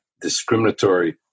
discriminatory